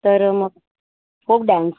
तर मग folk dance